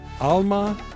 Alma